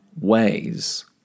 ways